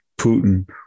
Putin